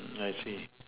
I see